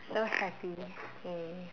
so happy K